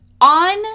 on